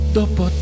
dopo